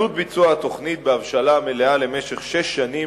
עלות ביצוע התוכנית בהבשלה מלאה למשך שש שנים